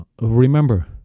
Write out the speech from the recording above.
Remember